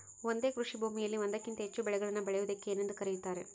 ಒಂದೇ ಕೃಷಿಭೂಮಿಯಲ್ಲಿ ಒಂದಕ್ಕಿಂತ ಹೆಚ್ಚು ಬೆಳೆಗಳನ್ನು ಬೆಳೆಯುವುದಕ್ಕೆ ಏನೆಂದು ಕರೆಯುತ್ತಾರೆ?